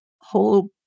whole